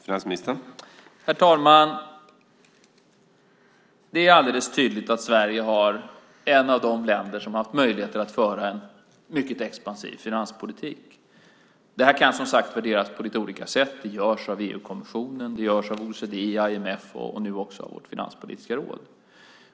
Herr talman! Det är alldeles tydligt att Sverige är ett av de länder som har haft möjlighet att föra en mycket expansiv finanspolitik. Det här kan som sagt värderas på lite olika sätt. Det görs av EU-kommissionen, det görs av OECD, IMF och nu också av Finanspolitiska rådet.